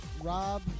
Rob